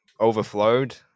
overflowed